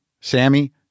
Sammy